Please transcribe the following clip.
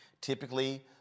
Typically